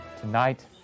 Tonight